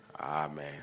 Amen